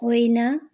होइन